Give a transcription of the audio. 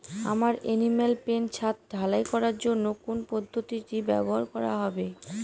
আমার animal pen ছাদ ঢালাই করার জন্য কোন পদ্ধতিটি ব্যবহার করা হবে?